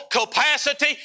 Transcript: capacity